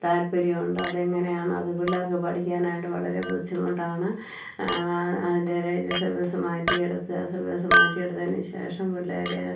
താല്പര്യമുണ്ട് അത് അങ്ങനെയാണ് അത് പിള്ളേർക്ക് പഠിക്കാനായിട്ട് വളരെ ബുദ്ധിമുട്ടാണ് അതിൻ്റെ മാറ്റിയെടുക്കുക സിലബസ് മാറ്റിയെടുത്തതിന് ശേഷം പിള്ളേരെ